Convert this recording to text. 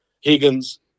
Higgins